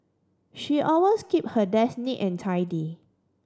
she always keep her desk neat and tidy